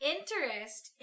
Interest